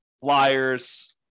flyers